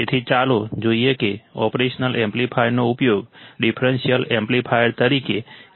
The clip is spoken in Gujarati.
તેથી ચાલો જોઈએ કે ઓપરેશનલ એમ્પ્લીફાયરનો ઉપયોગ ડિફરન્શિયલ એમ્પ્લીફાયર તરીકે કેવી રીતે કરી શકાય છે